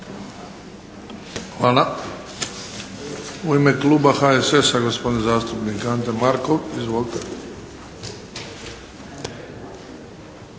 Hvala. U ime kluba HSS-a, gospodin zastupnik Ante Markov. Izvolite.